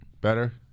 Better